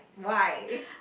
why